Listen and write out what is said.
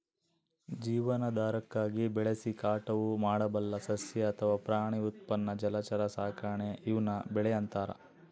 ಜೀವನಾಧಾರಕ್ಕಾಗಿ ಬೆಳೆಸಿ ಕಟಾವು ಮಾಡಬಲ್ಲ ಸಸ್ಯ ಅಥವಾ ಪ್ರಾಣಿ ಉತ್ಪನ್ನ ಜಲಚರ ಸಾಕಾಣೆ ಈವ್ನ ಬೆಳೆ ಅಂತಾರ